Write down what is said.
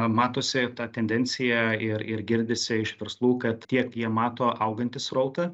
matosi ta tendencija ir ir girdisi iš verslų kad tiek jie mato augantį srautą